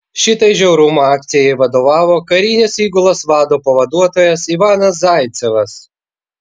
šitai žiaurumo akcijai vadovavo karinės įgulos vado pavaduotojas ivanas zaicevas